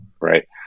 Right